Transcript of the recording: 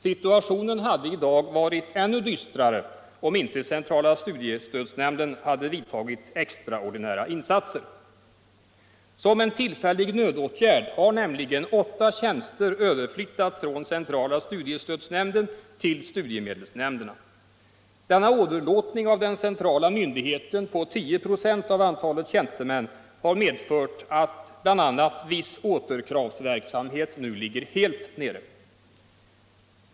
Situationen hade i dag varit ännu dystrare om inte centrala studiestödsnämnden gjort extraordinära insatser. Som en tillfällig nödåtgärd har nämligen åtta tjänster överflyttats från centrala studiestödsnämnden till studiemedelsnämnderna. Denna åderlåtning av den centrala myndigheten på 10 ”5 av antalet tjänstemän har medfört att bl.a. viss återkravsverksamhet nu ligger heh nere.